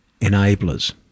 enablers